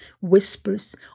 whispers